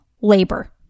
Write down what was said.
labor